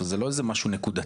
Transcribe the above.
עכשיו זה לא איזה משהו נקודתי.